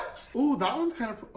oof. oh, that one's kind of, oh,